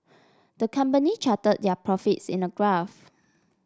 the company charted their profits in a graph